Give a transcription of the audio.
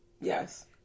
Yes